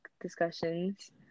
discussions